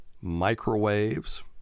microwaves